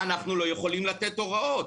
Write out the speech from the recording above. אנחנו לא יכולים לתת הוראות.